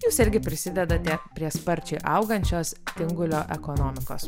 jūs irgi prisidedate prie sparčiai augančios tingulio ekonomikos